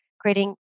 creating